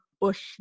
Bush